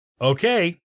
Okay